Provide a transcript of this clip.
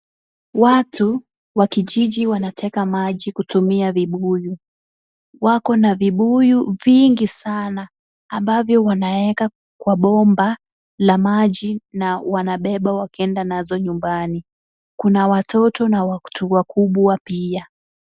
Watu wa kijiji wanateka maji kutumia vibuyu. Wako na vibuyu vingi sana, ambavyo wanaeka kwa bomba la maji na wanabeba wakienda nazo nyumbani. Kuna watoto na watu wakubwa pia.